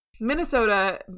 Minnesota